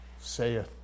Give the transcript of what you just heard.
saith